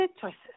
choices